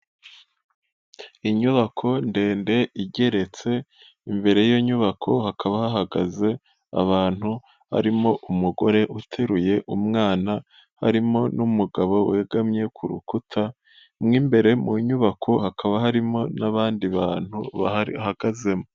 Inyubako ndende igeretse, imbere y'iyo nyubako hakaba hahagaze abantu barimo umugore uteruye umwana, harimo n'umugabo wegamye ku rukuta, mo imbere mu nyubako hakaba harimo n'abandi bantu bahagazemo.